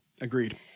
Agreed